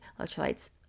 electrolytes